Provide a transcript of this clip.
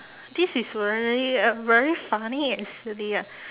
this is very um very funny and silly ah